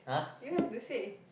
you have to say